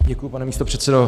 Děkuji, pane místopředsedo.